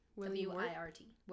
W-I-R-T